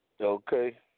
Okay